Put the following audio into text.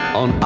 on